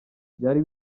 byari